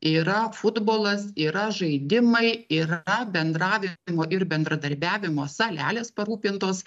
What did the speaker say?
yra futbolas yra žaidimai yra bendravimo ir bendradarbiavimo salelės parūpintos